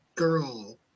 girl